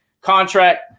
contract